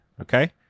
Okay